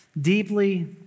deeply